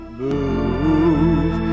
move